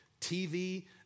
TV